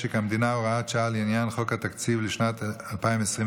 משק המדינה (הוראת שעה לעניין חוק התקציב לשנת 2024,